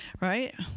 right